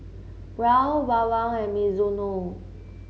Raoul Bawang and Mizuno